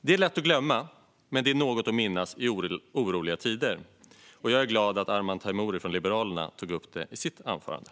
Det är lätt att glömma, men det är något att minnas i oroliga tider. Jag är glad att Arman Teimouri från Liberalerna tog upp det i sitt anförande.